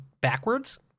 backwards